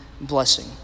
blessing